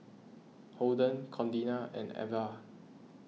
Holden Contina and Avah